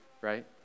right